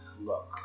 look